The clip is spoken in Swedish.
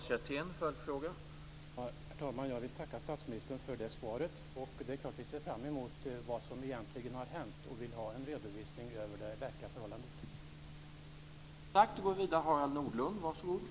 Herr talman! Jag vill tacka statsministern för det svaret. Vi ser fram emot att få veta vad som egentligen har hänt, och vi vill ha en redovisning av det verkliga förhållandet.